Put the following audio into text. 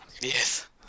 Yes